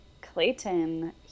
Clayton